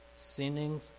Sinning